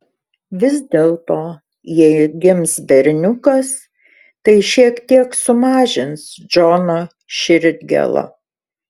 vis dėlto jei gims berniukas tai šiek tiek sumažins džono širdgėlą